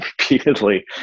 repeatedly